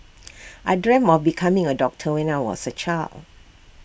I dreamt of becoming A doctor when I was A child